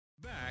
back